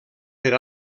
per